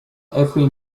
every